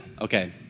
Okay